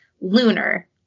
lunar